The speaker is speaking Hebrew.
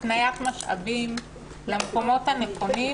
הפניית משאבים למקומות הנכונים,